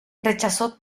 rechazó